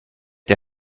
der